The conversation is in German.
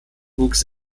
wuchs